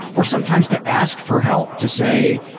or sometimes to ask for help, to say,